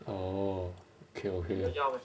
oh okay okay